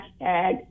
hashtag